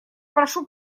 прошу